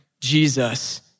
Jesus